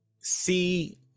see